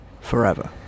forever